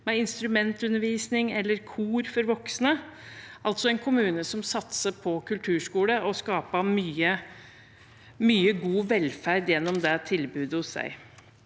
har instrumentundervisning og kor for voksne. Det er altså en kommune som satser på kulturskole og skaper mye god velferd gjennom det tilbudet.